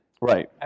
Right